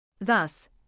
Thus